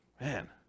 man